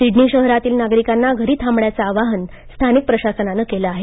Sydney शहरांतील नागरिकांना घरी थांबण्याचं आवाहन स्थानिक प्रशासनानं केलं आहे